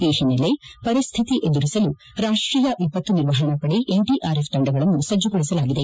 ಈ ಹಿನ್ನಲೆ ಪರಿಶ್ರಿತಿ ಎದುರಿಸಲು ರಾಷ್ಟೀಯ ವಿಪತ್ತು ನಿರ್ವಹಣಾ ಪಡೆ ಎನ್ಡಿಆರ್ಎಫ್ ತಂಡಗಳನ್ನು ಸಜ್ಜಗೊಳಿಸಲಾಗಿದೆ